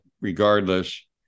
regardless